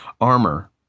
armor